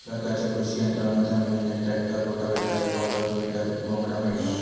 सरकारच्या कृषि यंत्र अनुदान योजनेत ट्रॅक्टर, रोटावेटर, पॉवर, वीडर, घोंगडा मिळता